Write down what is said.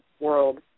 world